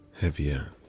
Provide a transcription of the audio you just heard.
heavier